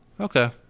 Okay